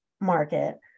market